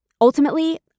ultimately